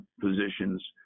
positions